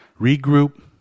regroup